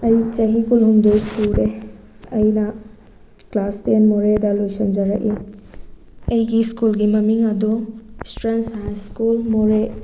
ꯑꯩ ꯆꯍꯤ ꯀꯨꯟꯍꯨꯝꯗꯣꯏ ꯁꯨꯔꯦ ꯑꯩꯅ ꯀ꯭ꯂꯥꯁ ꯇꯦꯟ ꯃꯣꯔꯦꯗ ꯂꯣꯏꯁꯟꯖꯔꯛꯏ ꯑꯩꯒꯤ ꯁ꯭ꯀꯨꯜꯒꯤ ꯃꯃꯤꯡ ꯑꯗꯣ ꯏꯁꯇꯔꯟ ꯁꯥꯏꯟꯁ ꯁ꯭ꯀꯨꯜ ꯃꯣꯔꯦ